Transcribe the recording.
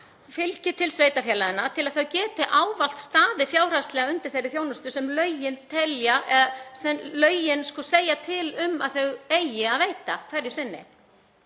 fylgi til sveitarfélaganna til að þau geti ávallt staðið fjárhagslega undir þeirri þjónustu sem lögin segja til um að þau eigi að veita hverju sinni.